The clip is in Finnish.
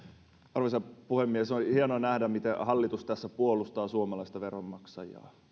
arvoisa puhemies on hienoa nähdä miten hallitus tässä puolustaa suomalaista veronmaksajaa